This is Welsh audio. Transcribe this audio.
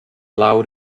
lawr